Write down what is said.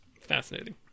Fascinating